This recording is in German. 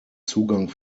zugang